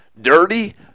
Dirty